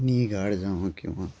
नी गार्ड जांव किंवा